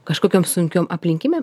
kažkokiom sunkiom aplinkybėm